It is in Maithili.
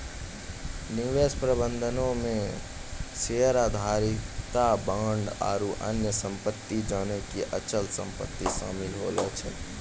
निवेश प्रबंधनो मे शेयरधारिता, बांड आरु अन्य सम्पति जेना कि अचल सम्पति शामिल होय छै